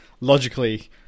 logically